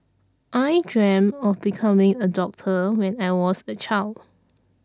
I dreamt of becoming a doctor when I was a child